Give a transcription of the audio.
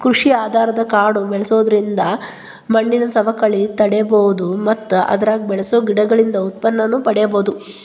ಕೃಷಿ ಆಧಾರದ ಕಾಡು ಬೆಳ್ಸೋದ್ರಿಂದ ಮಣ್ಣಿನ ಸವಕಳಿ ತಡೇಬೋದು ಮತ್ತ ಅದ್ರಾಗ ಬೆಳಸೋ ಗಿಡಗಳಿಂದ ಉತ್ಪನ್ನನೂ ಪಡೇಬೋದು